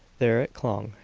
there clung,